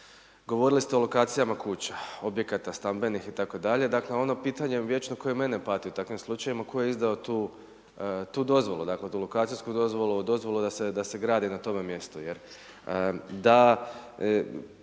Govorili ste o lokacija kuća, objekta, stambenih itd. Dakle, ono pitanje, koje moje mene pati, u takvim slučajevima, tko je izdao tu dozvolu, tu lokacijsku dozvolu, dozvolu da se grade na tome mjestu